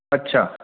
अच्छा